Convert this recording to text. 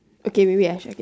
okay wait wait